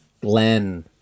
glenn